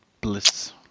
Bliss